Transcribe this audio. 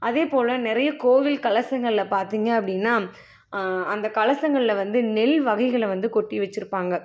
அதே போல் நிறைய கோவில் கலசங்களில் பார்த்தீங்க அப்படின்னா அந்த கலசங்களில் வந்து நெல் வகைகளை வந்து கொட்டி வச்சுருப்பாங்க